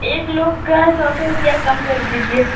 एक लोग का सौ सौ रुपया कम कर दीजिये